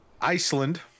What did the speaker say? Iceland